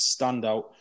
standout